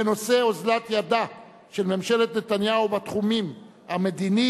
בנושא: אוזלת ידה של ממשלת נתניהו בתחום המדיני,